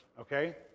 Okay